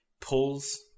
pulls